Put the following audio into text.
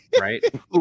Right